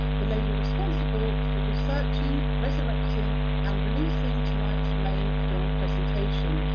the lady responsible for researching, resurrecting and releasing tonight's main film presentation,